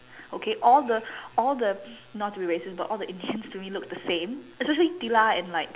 okay all the all the not to be racist but all the Indians to me look the same especially Tila and like